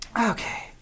Okay